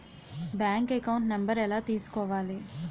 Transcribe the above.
Bank account number ఎలా తీసుకోవాలి?